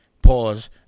pause